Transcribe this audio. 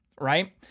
right